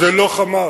הם לא "חמאס".